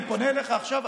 אני פונה אליך עכשיו,